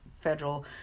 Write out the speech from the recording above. federal